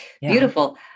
Beautiful